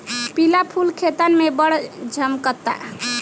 पिला फूल खेतन में बड़ झम्कता